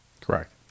Correct